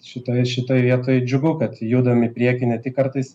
šitoj šitoj vietoj džiugu kad judam į priekį ne tik kartais